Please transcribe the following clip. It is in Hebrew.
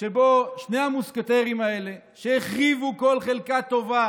שבו שני המוסקטרים האלה, שהחריבו כל חלקה טובה